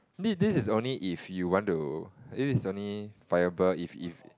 thi~ this is only if you want to this is only viable if if